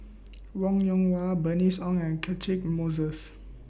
Wong Yoon Wah Bernice Ong and Catchick Moses